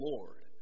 Lord